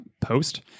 post